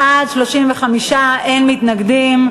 בעד, 35, אין מתנגדים.